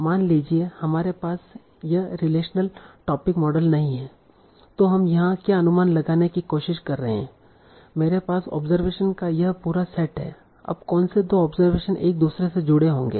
मान लीजिए हमारे पास यह रिलेशनल टॉपिक मॉडल नहीं है तों हम यहां क्या अनुमान लगाने की कोशिश कर रहे हैं मेरे पास ऑब्जरवेशन का यह पूरा सेट है अब कौनसे दो ऑब्जरवेशन एक दूसरे से जुड़े होंगे